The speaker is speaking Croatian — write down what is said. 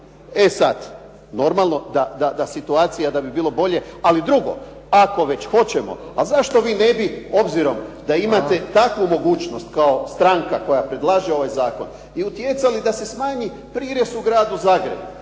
E sad, normalno da situacija da bi bilo bolje, ali drugo, ako već hoćemo, a zašto vi ne bi obzirom da imate takvu mogućnost kao stranka koja predlaže ovaj zakon i utjecali da se smanji prirez u Gradu Zagrebu.